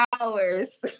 hours